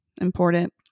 Important